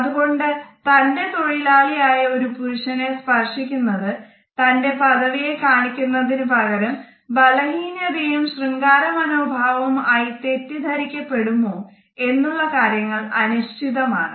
അതുകൊണ്ട് തന്റെ തൊഴിലാളി ആയ ഒരു പുരുഷനെ സ്പർശിക്കുന്നത് തന്റെ പദവിയെ കാണിക്കുന്നതിന് പകരം ബലഹീനതയും ശൃംഗാര മനോഭാവവും ആയി തെറ്റിധരിക്കപ്പെടുമോ എന്നുമുള്ള കാര്യങ്ങൾ അനിശ്ചിതമാണ്